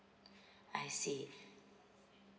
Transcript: I see